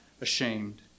ashamed